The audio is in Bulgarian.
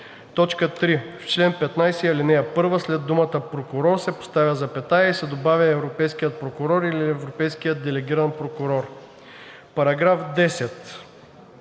3. В чл. 15, ал. 1 след думата „прокурор“ се поставя запетая и се добавя „европейският прокурор или европейският делегиран прокурор“.“ По § 10